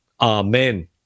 Amen